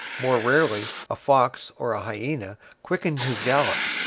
more rarely a fox or a hyena quickened his gallop,